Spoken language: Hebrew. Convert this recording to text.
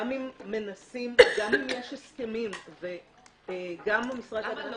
גם אם מנסים וגם אם יש הסכמים וגם למשרד להגנת הסביבה -- למה לא?